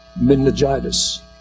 meningitis